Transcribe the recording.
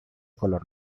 color